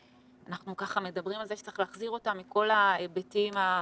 אנחנו ככה מדברים על זה שצריך להחזיר אותם מכל ההיבטים החינוכיים,